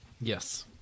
yes